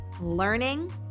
Learning